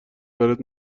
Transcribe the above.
برات